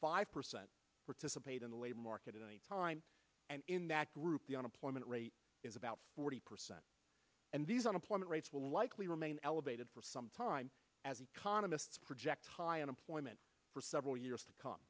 five percent participate in the labor market at any time and in that group the unemployment rate is about forty percent and these unemployment rates will likely remain elevated for some time as economists project high unemployment for several years